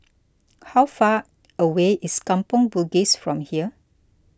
how far away is Kampong Bugis from here